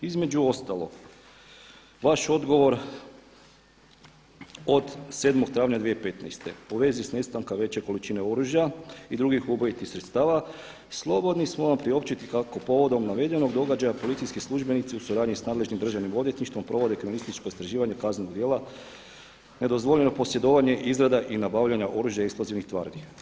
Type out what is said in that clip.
Između ostalog, vaš odgovor od 7. travnja 2015. u vezi s nestanka veće količine oružja i drugih ubojitih sredstava slobodni smo vam priopćiti kako povodom navedenog događaja policijski službenici u suradnji s nadležnim Državnim odvjetništvom provode kriminalističko istraživanje kaznenog djela, nedozvoljeno posjedovanje, izrada i nabavljanje oružja i eksplozivnih tvari.